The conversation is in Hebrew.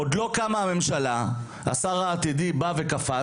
עוד לא קמה הממשלה והשר סמוטריץ׳ קפץ